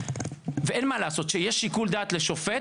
ואין מה לעשות, כשיש שיקול דעת לשופט,